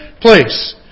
place